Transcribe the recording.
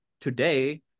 today